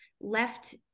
left